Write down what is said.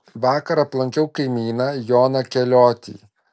vakar aplankiau kaimyną joną keliotį